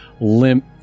limp